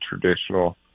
traditional